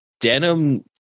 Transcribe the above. denim